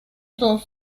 dans